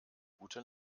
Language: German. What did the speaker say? gute